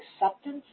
acceptance